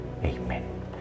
Amen